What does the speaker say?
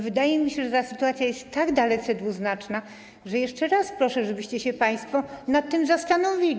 Wydaje mi się, że ta sytuacja jest tak dalece dwuznaczna, że jeszcze raz proszę, abyście się państwo nad tym zastanowili.